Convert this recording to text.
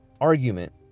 argument